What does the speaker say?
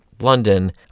London